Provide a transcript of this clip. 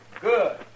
Good